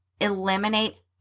eliminate